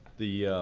the,